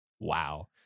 Wow